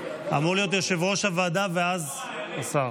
אמור להיות יושב-ראש הוועדה ואז השר.